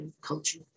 culture